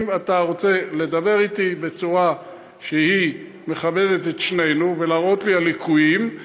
אם אתה רוצה לדבר איתי בצורה שהיא מכבדת את שנינו ולהראות לי ליקויים,